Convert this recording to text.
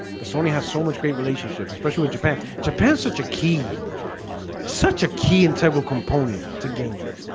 but sony has so much great relationships especially with japan japan such a key such a key integral component to gaming,